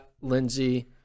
Lindsey